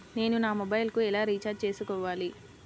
నేను నా మొబైల్కు ఎలా రీఛార్జ్ చేసుకోవాలి?